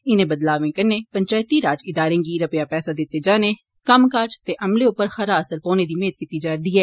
इनें बदलावें कन्नै पंचैती राज इदारें गी रपेआ पैस दिते जाने कम्मकार ते अमले उप्पर खरा असर पौने दी मेद कीती जा'रदी ऐ